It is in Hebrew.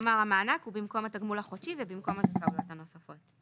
כלומר המענק הוא במקום התגמול החודשי ובמקום הזכאויות הנוספות.